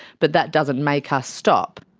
but that doesn't make us stop.